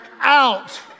out